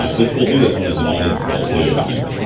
ah this will do this one as an audience poll, too, i think.